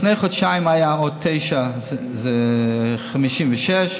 לפני חודשיים היו עוד 9, שזה 56,